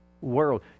world